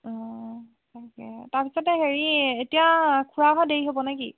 অঁ তাকে তাৰপিছতে হেৰি এতিয়া খুৰা অহা দেৰি হ'ব নেকি